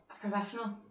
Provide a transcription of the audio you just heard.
professional